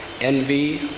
envy